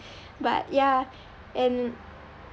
but ya and